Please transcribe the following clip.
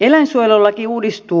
eläinsuojelulaki uudistuu